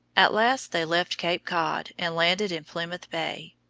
at last they left cape cod and landed in plymouth bay,